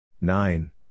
Nine